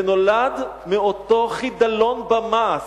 זה נולד מאותו חידלון במעש,